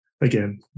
again